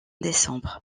décembre